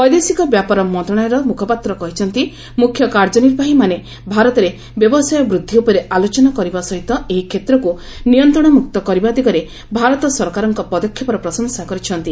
ବୈଦେଶିକ ବ୍ୟାପାର ମନ୍ତ୍ରଣାଳୟର ମୁଖପାତ୍ର କହିଛନ୍ତି ମୁଖ୍ୟ କାର୍ଯ୍ୟନିର୍ବାହୀମାନେ ଭାରତରେ ବ୍ୟବସାୟ ବୃଦ୍ଧି ଉପରେ ଆଲୋଚନା କରିବା ସହିତ ଏହି କ୍ଷେତ୍ରକୁ ନିୟନ୍ତ୍ରଣମୁକ୍ତ କରିବା ଦିଗରେ ଭାରତ ସରକାରଙ୍କ ପଦକ୍ଷେପର ପ୍ରଶଂସା କରିଛନ୍ତି